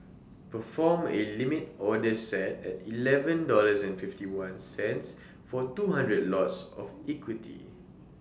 perform A limit order set at Eleven dollars and fifty one cents for two hundred lots of equity